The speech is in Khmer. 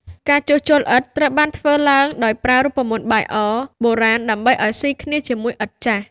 ការជួសជុលឥដ្ឋត្រូវបានធ្វើឡើងដោយប្រើបាយអរូបមន្តបុរាណ ដើម្បីឱ្យស៊ីគ្នាជាមួយឥដ្ឋចាស់។